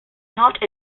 not